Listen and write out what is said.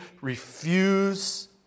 refuse